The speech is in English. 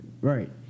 Right